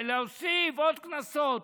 להוסיף עוד קנסות.